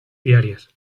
diarias